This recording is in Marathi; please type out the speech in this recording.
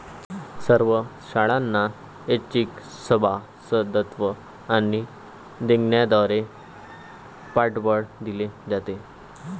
सर्व शाळांना ऐच्छिक सभासदत्व आणि देणग्यांद्वारे पाठबळ दिले जाते